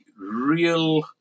real